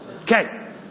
Okay